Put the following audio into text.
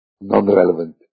non-relevant